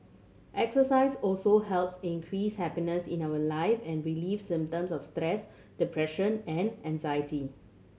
exercise also helps increase happiness in our life and relieve symptoms of stress depression and anxiety